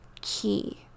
key